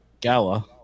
Gala